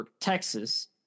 Texas